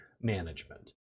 management